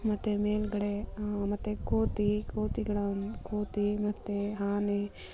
ಮತ್ತು ಮೇಲ್ಗಡೆ ಮತ್ತು ಕೋತಿ ಕೋತಿಗಳ ಒಂದು ಕೋತಿ ಮತ್ತು ಆನೆ